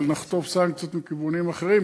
אבל נחטוף סנקציות מכיוונים אחרים,